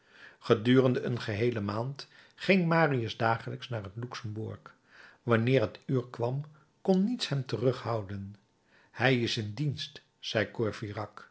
gedurende een geheele maand ging marius dagelijks naar het luxemburg wanneer het uur kwam kon niets hem terughouden hij is in dienst zei